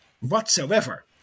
whatsoever